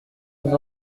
nous